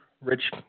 Rich